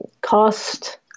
cost